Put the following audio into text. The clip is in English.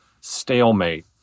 stalemate